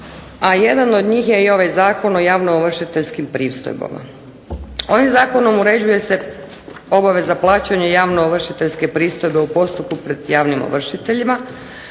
jedan od njih je i ovaj Zakon o javnoovršiteljskim pristojbama. Ovim Zakonom uređuje se obaveza plaćanja javno ovršiteljske pristojbe u postupku pred javnim ovršiteljima,